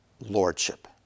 lordship